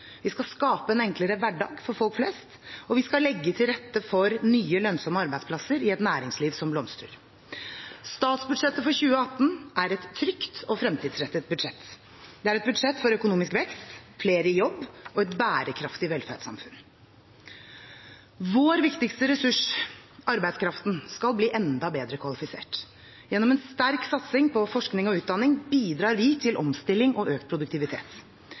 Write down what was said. Vi skal skape en enklere hverdag for folk flest, og vi skal legge til rette for nye, lønnsomme arbeidsplasser i et næringsliv som blomstrer. Statsbudsjettet for 2018 er et trygt og fremtidsrettet budsjett. Det er et budsjett for økonomisk vekst, flere i jobb og et bærekraftig velferdssamfunn. Vår viktigste ressurs, arbeidskraften, skal bli enda bedre kvalifisert. Gjennom en sterk satsing på forskning og utdanning bidrar vi til omstilling og økt produktivitet.